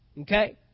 okay